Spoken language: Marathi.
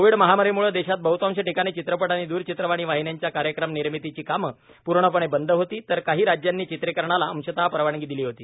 कोविड म महामारीम्ळं देशात बहतांश ठिकाणी चित्रपट आणि द्रचित्रवाणी वाहिन्यांच्या कार्यक्रम निर्मितीची कामं पूर्णपणे बंद होती तर काही राज्यांनी चित्रीकरणाला अंशतः परवानगी दिली होती